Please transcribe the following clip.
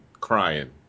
crying